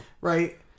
Right